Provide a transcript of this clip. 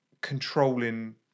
controlling